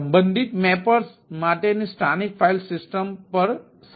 સંબંધિત મેપર્સ માટેની સ્થાનિક ફાઇલ સિસ્ટમ પર સંગ્રહિત છે